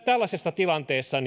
tällaisessa tilanteessa